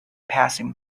passing